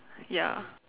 ya